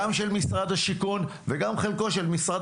גם של משרד השיכון וגם חלקו של משרד